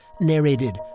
narrated